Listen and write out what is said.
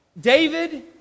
David